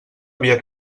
havia